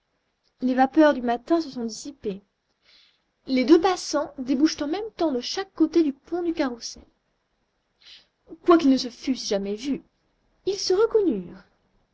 les vapeurs du matin se sont dissipées les deux passants débouchent en même temps de chaque côté du pont du carrousel quoiqu'ils ne se fussent jamais vus ils se